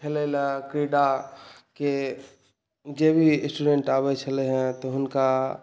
खेलय लए क्रीडा के जे भी स्टूडेन्ट आबै छलै हेँ तऽ हुनका